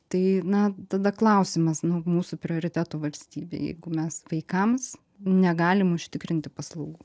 tai na tada klausimas nu mūsų prioritetų valstybė jeigu mes vaikams negalim užtikrinti paslaugų